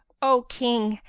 o king,